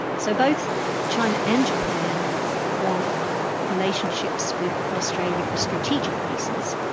so both china and japan want relationships with australia for strategic reasons,